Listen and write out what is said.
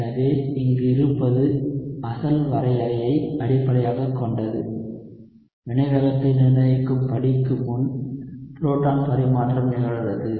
எனவே இங்கு இருப்பது அசல் வரையறையை அடிப்படையாகக் கொண்டது வினைவேகத்தை நிர்ணயிக்கும் படிக்கு முன் புரோட்டான் பரிமாற்றம் நிகழ்கிறது